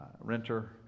Renter